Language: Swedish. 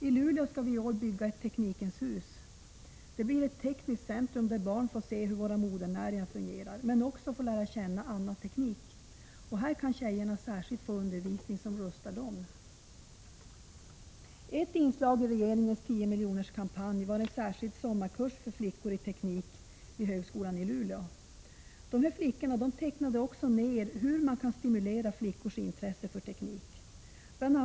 I Luleå skall vi i år bygga Teknikens Hus. Det blir ett tekniskt centrum där barn får se hur våra modernäringar fungerar men också lära känna annan teknik. Här kan särskilt flickorna få undervisning som rustar dem. Ett inslag i regeringens 10-miljonerskampanj var en särskild sommarkurs i teknik för flickor, som anordnades av högskolan i Luleå. De som gick kursen tecknade ned hur man kan stimulera flickors intresse för teknik. Bl.